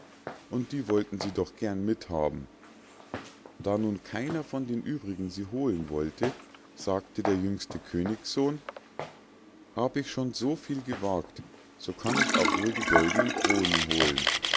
und die wollten sie doch gern mithaben da nun keiner von den übrigen sie holen wollte sagte der jüngste königssohn hab ich schon so viel gewagt so kann ich auch wohl die goldnen kronen holen